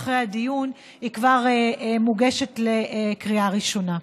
היום אחרי הדיון היא כבר מוגשת לקריאה ראשונה.